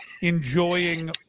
enjoying